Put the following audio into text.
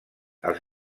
els